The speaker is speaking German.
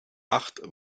acht